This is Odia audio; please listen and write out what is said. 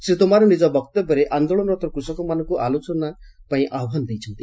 ଶ୍ରୀ ତୋମାର ନିଙ୍କ ବକ୍ତବ୍ୟରେ ଆନ୍ଦୋଳନରତ କୃଷକମାନଙ୍ଙୁ ଆଲୋଚନା ପାଇ ଆହ୍ୱାନ ଦେଇଛନ୍ତି